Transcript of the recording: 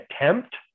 attempt